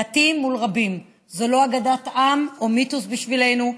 מעטים מול רבים זו לא אגדת עם או מיתוס בשבילנו,